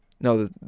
No